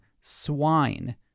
Swine